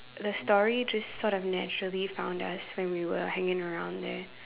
the story just sort of naturally found us when we were hanging around there